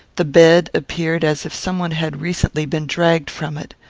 the bed appeared as if some one had recently been dragged from it.